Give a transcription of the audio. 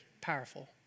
powerful